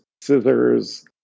scissors